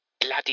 bloody